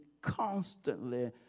constantly